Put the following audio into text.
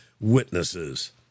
witnesses